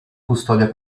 custodia